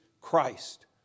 Christ